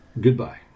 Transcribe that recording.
goodbye